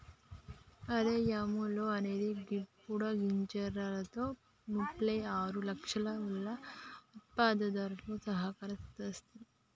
అదే అముల్ అనేది గిప్పుడు గుజరాత్లో ముప్పై ఆరు లక్షల పాల ఉత్పత్తిదారుల సహకార సంస్థనంట